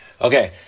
okay